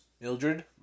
Mildred